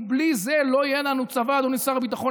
ובלי זה לא יהיה לנו צבא, אדוני שר הביטחון.